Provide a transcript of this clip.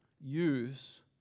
use